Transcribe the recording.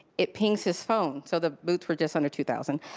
it pings his phone, so the boots were just under two thousand.